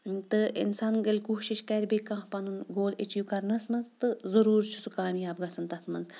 تہٕ اِنسان ییٚلہِ کوٗشِش کَرِ بیٚیہِ کانٛہہ پَنُن گول ایچیٖو کَرنَس منٛز تہٕ ضٔروٗر چھِ سُہ کامیاب گژھان تَتھ منٛز